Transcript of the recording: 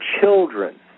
children